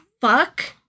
fuck